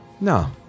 No